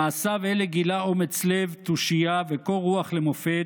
במעשיו אלה גילה אומץ לב, תושייה וקור רוח למופת,